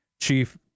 Chief